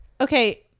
okay